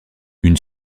une